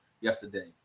yesterday